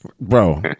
Bro